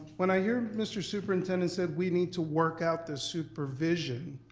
when i hear mr. superintendent say we need to work out the supervision